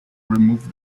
remove